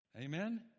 Amen